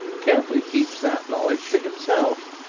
carefully keeps that knowledge to himself.